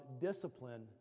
discipline